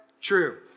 True